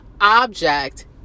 object